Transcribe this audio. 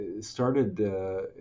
started